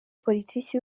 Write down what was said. politiki